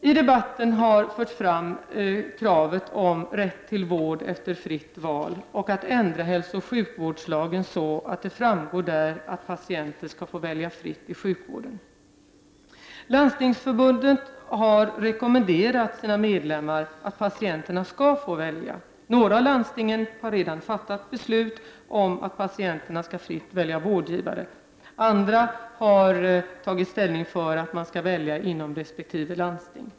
I debatten har förts fram krav på rätt till vård efter fritt val och att hälsooch sjukvårdslagen skall ändras så att det framgår av den att patienten skall få välja fritt i sjukvården. Landstingsförbundet har rekommenderat sina medlemmar att patienterna skall få välja. Några av landstingen har redan fattat beslut om att patienterna fritt skall få välja vårdgivare, andra har tagit ställning för att man skall få välja inom resp. landsting.